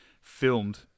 filmed